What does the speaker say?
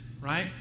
right